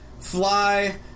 fly